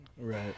Right